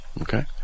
okay